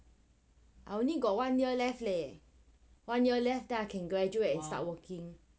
I only got one year left leh one year left then can graduate and start working